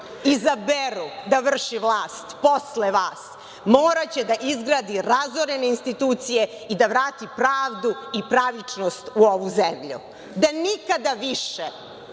izaberu da vrši vlast posle vas moraće da izgradi razorene institucije i da vrati pravdu i pravičnost u ovu zemlju, da nikada više